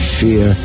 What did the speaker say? fear